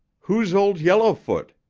who's old yellowfoot?